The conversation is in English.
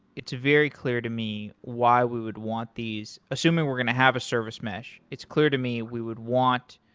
it's very clear to me why we would want these assuming we're going to have a service mesh, it's clear to me we would want,